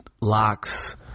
locks